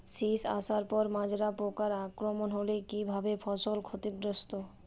শীষ আসার পর মাজরা পোকার আক্রমণ হলে কী ভাবে ফসল ক্ষতিগ্রস্ত?